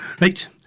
Right